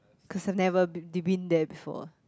cause I've never be d~ been there before